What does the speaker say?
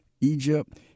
Egypt